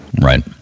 right